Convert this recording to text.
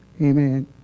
amen